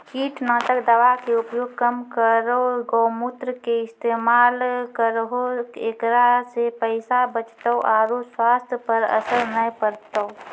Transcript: कीटनासक दवा के उपयोग कम करौं गौमूत्र के इस्तेमाल करहो ऐकरा से पैसा बचतौ आरु स्वाथ्य पर असर नैय परतौ?